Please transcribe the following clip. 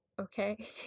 okay